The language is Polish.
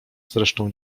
zresztą